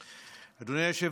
אדוני היושב-בראש,